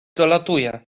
dolatuje